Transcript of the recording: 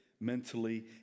mentally